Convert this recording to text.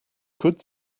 could